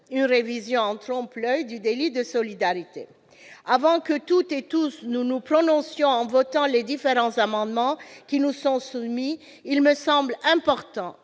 une révision en trompe-l'oeil du délit de solidarité. Avant que, toutes et tous, nous nous prononcions en votant sur les différents amendements qui nous sont soumis, il me semble important